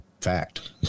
fact